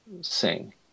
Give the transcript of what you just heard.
sing